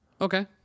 Okay